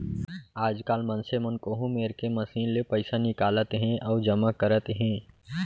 आजकाल मनसे मन कोहूँ मेर के मसीन ले पइसा निकालत हें अउ जमा करत हें